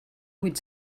vuit